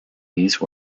these